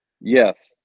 yes